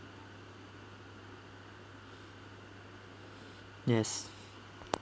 yes